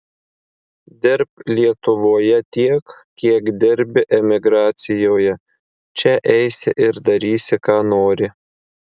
dirbk lietuvoje tiek kiek dirbi emigracijoje čia eisi ir darysi ką nori